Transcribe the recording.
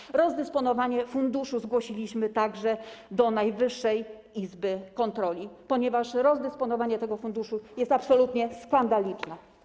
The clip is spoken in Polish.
Sprawę rozdysponowania funduszu zgłosiliśmy także do Najwyższej Izby Kontroli, ponieważ rozdysponowanie tego funduszu jest absolutnie skandaliczne.